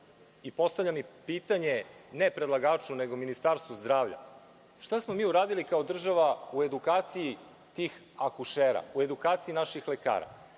i postavljam pitanje, ne predlagaču nego Ministarstvu zdravlja – šta smo mi uradili kao država u edukaciji tih akušera? U edukaciji naših lekara?